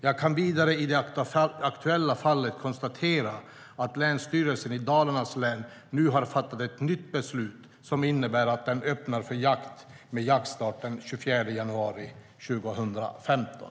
Jag kan vidare i det aktuella fallet konstatera att Länsstyrelsen i Dalarnas län nu har fattat ett nytt beslut som innebär att den öppnar för jakt med jaktstart den 24 januari 2015.